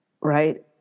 right